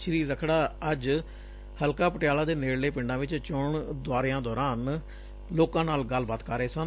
ਸ੍ਰੀ ਰੱਖੜਾ ਅੱਜ ਹਲਕਾ ਪਟਿਆਲਾ ਦੇ ਨੇੜਲੇ ਪਿੰਡਾਂ ਵਿਚ ਚੋਣ ਦੌਰਿਆਂ ਦੌਰਾਨ ਲੋਕਾਂ ਨਾਲ ਗੱਲਬਾਤ ਕਰ ਰਹੇ ਸਨ